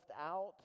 out